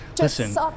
listen